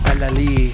Alali